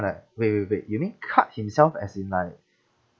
wait wait wait you mean cut himself as in like